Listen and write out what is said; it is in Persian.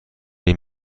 این